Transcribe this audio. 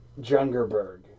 Jungerberg